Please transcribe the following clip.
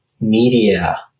media